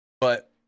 But-